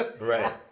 Right